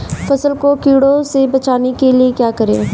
फसल को कीड़ों से बचाने के लिए क्या करें?